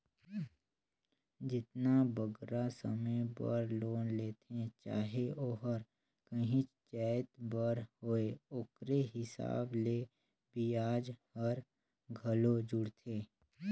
जेतना बगरा समे बर लोन लेथें चाहे ओहर काहींच जाएत बर होए ओकरे हिसाब ले बियाज हर घलो जुड़थे